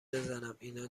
بزنماینا